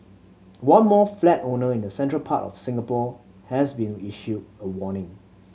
one more flat owner in the central part of Singapore has been issued a warning